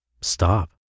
stop